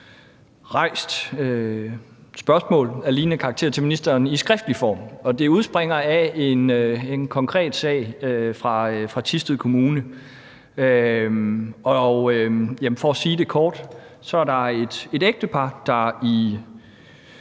spørgsmål af lignende karakter til ministeren i skriftlig form, og det udspringer af en konkret sag fra Thisted Kommune. For at sige det kort er der et ægtepar, der i